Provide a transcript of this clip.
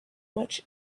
much